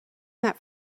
that